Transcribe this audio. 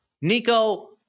Nico